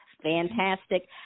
fantastic